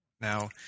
now